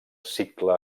cicle